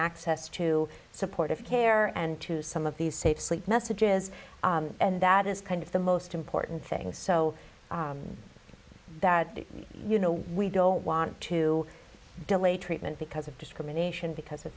access to supportive care and to some of these safe sleep messages and that is kind of the most important thing so that you know we don't want to delay treatment because of discrimination because of